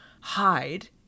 hide